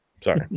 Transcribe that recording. Sorry